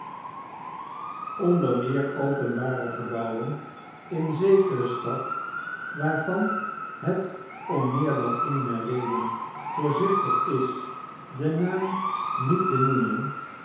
onder meer openbare gebouwen in zekere stad waarvan het om meer dan eene reden voorzichtig is den naam niet te noemen